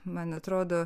man atrodo